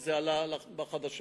שזה עלה בחדשות.